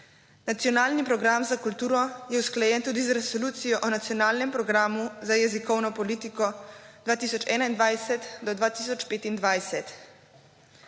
Nacionalni program za kulturo je usklajen tudi z Resolucijo o nacionalnem programu za jezikovno politiko 2021 do 2025.